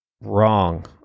wrong